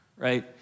right